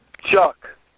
Chuck